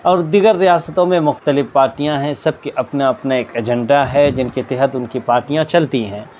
اور دیگر ریاستوں میں مختلف پارٹیاں ہیں سب کی اپنا اپنا ایک ایجنڈا ہے جن کے تحت ان کی پارٹیاں چلتی ہیں